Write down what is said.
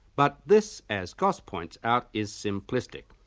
but this, as goss points out, is simplistic.